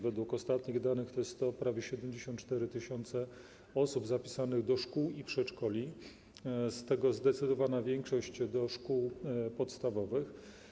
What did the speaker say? Według ostatnich danych jest to prawie 74 tys. osób zapisanych do szkół i przedszkoli, z tego zdecydowana większość do szkół podstawowych.